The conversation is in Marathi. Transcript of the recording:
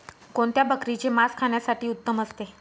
कोणत्या बकरीचे मास खाण्यासाठी उत्तम असते?